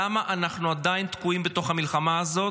למה אנחנו תקועים בתוך המלחמה הזו.